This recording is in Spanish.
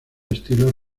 estilo